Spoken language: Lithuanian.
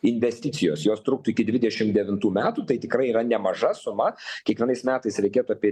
investicijos jos truktų iki dvidešim devintų metų tai tikrai yra nemaža suma kiekvienais metais reikėtų apie